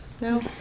No